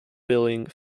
billing